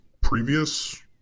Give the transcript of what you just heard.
previous